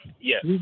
Yes